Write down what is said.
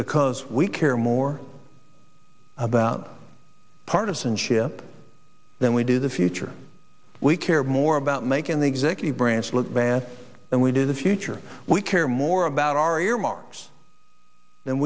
because we care more about partisanship than we do the future we care more about making the executive branch look bad and we do the future we care more about our earmarks than